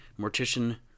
mortician